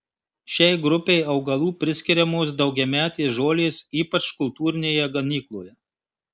šiai grupei augalų priskiriamos daugiametės žolės ypač kultūrinėje ganykloje